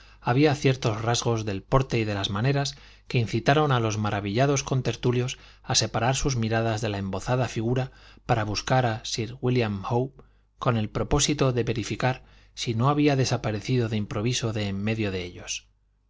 había ciertos rasgos del porte y de las maneras que incitaron a los maravillados contertulios a separar sus miradas de la embozada figura para buscar a sir wílliam howe con el propósito de verificar si no había desaparecido de improviso de en medio de ellos